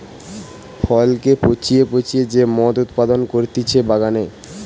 ফলকে পচিয়ে পচিয়ে যে মদ উৎপাদন করতিছে বাগানে